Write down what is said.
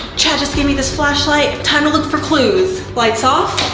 chad just gave me this flash light. and time to look for clues. lights off,